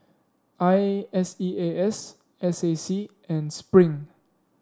I S E A S S A C and Spring